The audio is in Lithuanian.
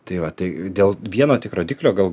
tai va tai dėl vieno tik rodiklio gal